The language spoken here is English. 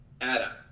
Adam